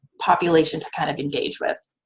population to kind of engage with.